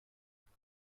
حمله